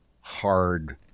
hard